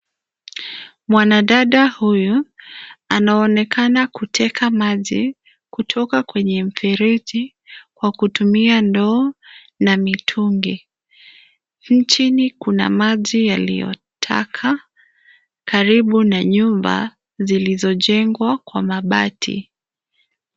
Mwanadada huyu, anaonekana kuteka maji kutoka kwenye mfereji kwa kutumia ndoo na mitungi, chini kuna maji yaliyo taka karibu na nyumba zilizojengwa kwa mabati.